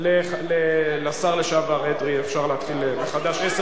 לשר לשעבר אדרי, אפשר להתחיל מחדש, עשר דקות.